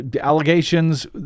allegations